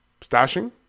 stashing